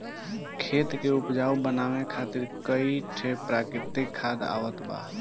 खेत के उपजाऊ बनावे खातिर कई ठे प्राकृतिक खाद आवत बा